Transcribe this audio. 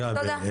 בסדר, תודה.